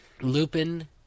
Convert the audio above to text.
Lupin